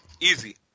Easy